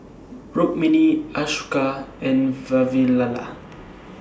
Rukmini Ashoka and Vavilala